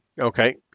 Okay